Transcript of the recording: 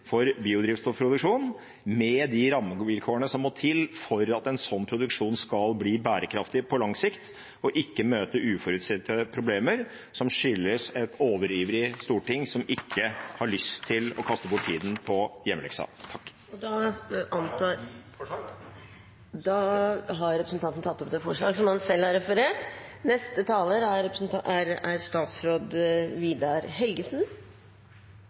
for biodrivstoffproduksjon, med de rammevilkårene som må til for at en sånn produksjon skal bli bærekraftig på lang sikt, og ikke møte uforutsette problemer som skyldes et overivrig storting som ikke har lyst til å kaste bort tida på hjemmeleksa. Jeg tar opp forslagene fra Miljøpartiet De Grønne. Representanten Rasmus Hansson har tatt opp de forslagene han